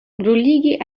bruligi